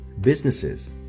businesses